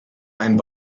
einen